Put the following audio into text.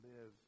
live